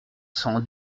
s’en